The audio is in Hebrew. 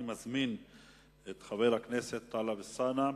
אני מזמין את חבר הכנסת טלב אלסאנע.